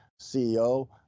CEO